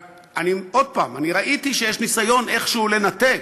עוד פעם, אני ראיתי שיש ניסיון איכשהו לנתק,